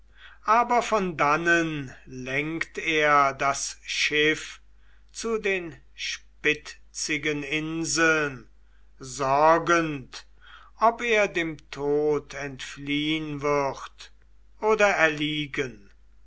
aber von dannen lenkt er das schiff zu den spitzigen inseln sorgend ob er dem tod entfliehn würd oder erliegen